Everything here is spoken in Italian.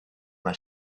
una